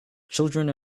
children